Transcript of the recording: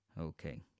Okay